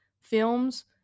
films